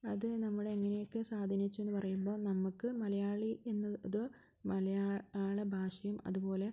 അത് നമ്മളെ എങ്ങനെയൊക്കെ സ്വാധീനിച്ചു എന്ന് പറയുമ്പോൾ നമുക്ക് മലയാളി എന്നത് മലയാള ഭാഷയും അതുപോലെ